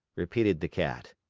repeated the cat.